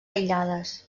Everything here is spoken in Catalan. aïllades